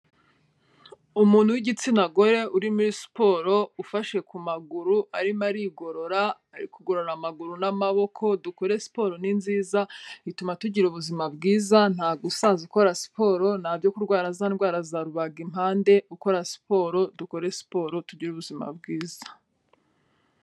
Umuntu w'igitsina gore uri muri siporo, ufashe ku maguru arimo arigorora, ari kugorora amaguru n'amaboko. Dukore siporo ni nziza, ituma tugira ubuzima bwiza, nta gusaza ukora siporo, nta byo kurwara za ndwara za rubagimpande ukora siporo. Dukore siporo tugire ubuzima bwiza.